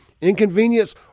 inconvenience